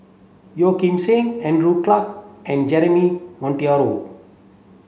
Yeo Kim Seng Andrew Clarke and Jeremy Monteiro